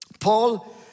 Paul